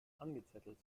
angezettelt